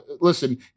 listen